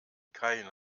keine